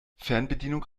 fernbedienung